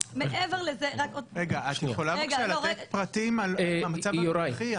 את יכולה בבקשה לתת פרטים על המצב הנוכחי?